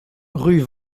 rue